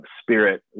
spirit